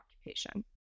occupation